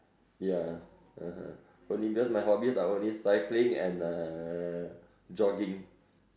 ya (uh huh) only cause my hobbies are only cycling and uh jogging